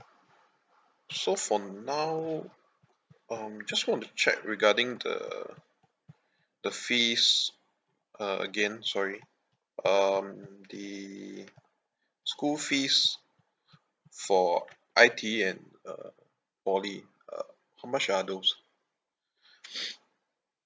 so for now um just want to check regarding the the fees uh again sorry um the school fees for I_T_E and uh poly uh how much are those